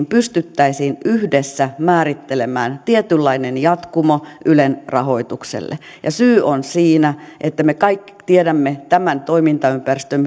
pystyttäisiin yhdessä määrittelemään tietynlainen jatkumo ylen rahoitukselle syy on siinä että kun me kaikki tiedämme tämän toimintaympäristön